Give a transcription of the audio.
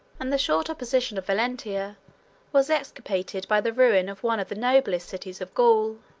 and the short opposition of valentia was expiated by the ruin of one of the noblest cities of gaul.